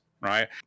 right